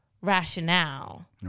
rationale